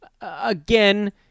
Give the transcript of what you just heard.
Again